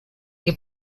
que